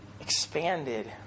expanded